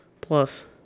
plus